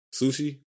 Sushi